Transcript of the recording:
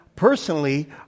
Personally